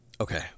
Okay